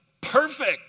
perfect